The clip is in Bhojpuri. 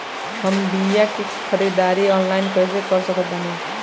हम बीया के ख़रीदारी ऑनलाइन कैसे कर सकत बानी?